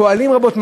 פועלים רבות,